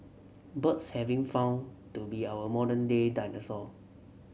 birds having found to be our modern day dinosaur